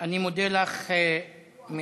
אני מודה לך מאוד.